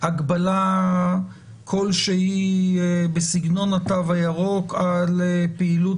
הגבלה כלשהי בסגנון התו הירוק על פעילות